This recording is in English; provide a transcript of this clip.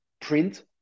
print